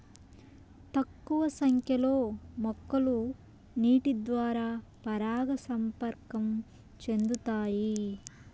తక్కువ సంఖ్య లో మొక్కలు నీటి ద్వారా పరాగ సంపర్కం చెందుతాయి